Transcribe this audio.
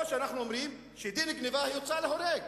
או שאנחנו אומרים שדין גנבה הוא הוצאה להורג